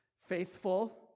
faithful